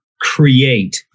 create